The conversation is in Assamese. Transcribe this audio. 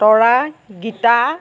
তৰা গীতা